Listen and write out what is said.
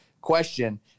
question